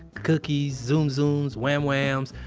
cookies, zoom zooms, wham whams.